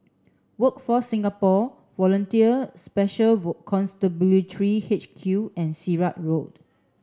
Workforce Singapore Volunteer Special Constabulary H Q and Sirat Road